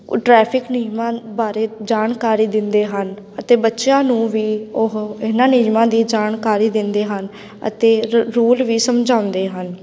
traffic ਨਿਯਮਾਂ ਬਾਰੇ ਜਾਣਕਾਰੀ ਦਿੰਦੇ ਹਨ ਅਤੇ ਬੱਚਿਆਂ ਨੂੰ ਵੀ ਉਹ ਇਹਨਾਂ ਨਿਯਮਾਂ ਦੀ ਜਾਣਕਾਰੀ ਦਿੰਦੇ ਹਨ ਅਤੇ ਰ ਰੂਲ ਵੀ ਸਮਝਾਉਂਦੇ ਹਨ